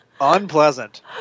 unpleasant